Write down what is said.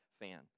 fan